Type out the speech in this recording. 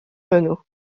renault